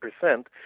percent